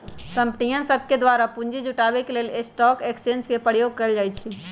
कंपनीय सभके द्वारा पूंजी जुटाबे के लेल स्टॉक एक्सचेंज के प्रयोग कएल जाइ छइ